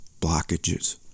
blockages